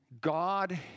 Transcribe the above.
God